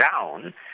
down